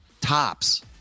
tops